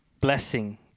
blessing